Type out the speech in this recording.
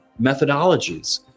methodologies